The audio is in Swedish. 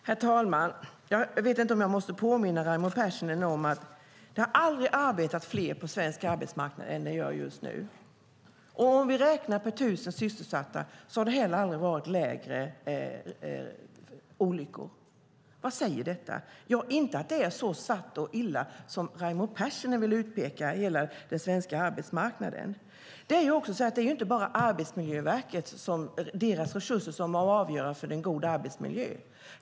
Herr talman! Jag vet inte om jag måste påminna Raimo Pärssinen om att det aldrig har arbetat fler på svensk arbetsmarknad än det gör just nu. Om vi räknar per 1 000 sysselsatta har det heller aldrig varit färre olyckor. Vad säger detta? Ja, inte säger det att det är så svart och illa på den svenska arbetsmarknaden som Raimo Pärssinen vill utpeka. Det är inte heller bara Arbetsmiljöverket och dess resurser som avgör vad som är en god arbetsmiljö.